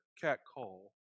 catcall